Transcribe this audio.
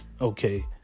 okay